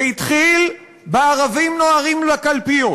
זה התחיל ב"ערבים נוהרים לקלפיות"